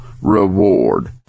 reward